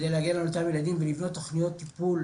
כדי להגיע לאותם ילדים ולבנות תוכניות טיפול,